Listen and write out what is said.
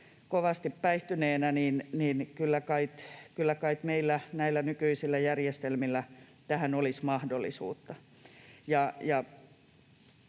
kovasti päihtyneenä, meillä näillä nykyisillä järjestelmillä tähän olisi mahdollisuutta.